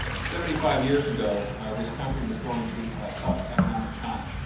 seventy-five years ago this country was going through a tough economic time.